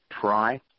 Try